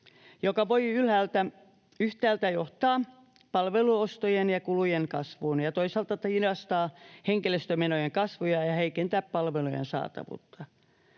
joka voi yhtäältä johtaa palveluostojen ja kulujen kasvuun ja toisaalta hidastaa henkilöstömenojen kasvua ja heikentää palvelujen saatavuutta.